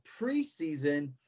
preseason